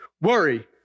Worry